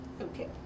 Okay